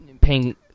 paying